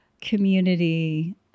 community